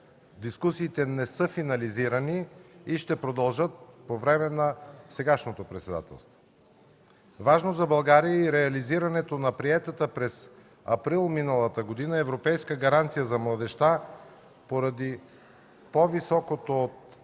Дискусиите не са финализирани и ще продължат по време на сегашното председателство. Важно за България е и реализирането на приетата през месец април миналата година Европейска гаранция за младежта поради по-високото